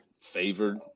favored